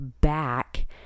back